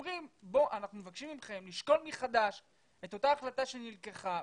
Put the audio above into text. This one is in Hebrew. אנחנו רק מבקשים מכם לשקול מחדש את אותה החלטה שנלקחה,